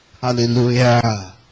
Hallelujah